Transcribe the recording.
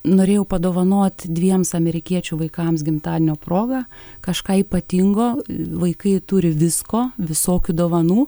norėjau padovanot dviem amerikiečių vaikams gimtadienio proga kažką ypatingo vaikai turi visko visokių dovanų